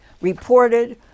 reported